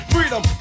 Freedom